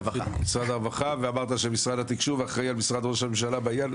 ממשרד הרווחה ואמרת שמשרד התקשוב אחראי על משרד ראש הממשלה בעניין.